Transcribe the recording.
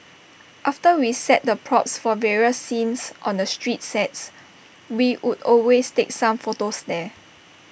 after we set the props for various scenes on the street sets we would always take some photos there